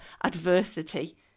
adversity